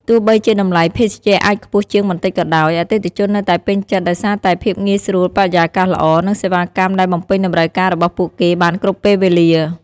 ទោះបីជាតម្លៃភេសជ្ជៈអាចខ្ពស់ជាងបន្តិចក៏ដោយ អតិថិជននៅតែពេញចិត្តដោយសារតែភាពងាយស្រួល បរិយាកាសល្អ និងសេវាកម្មដែលបំពេញតម្រូវការរបស់ពួកគេបានគ្រប់ពេលវេលា។